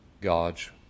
God's